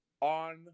on